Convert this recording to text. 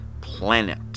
planet